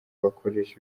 bakoresha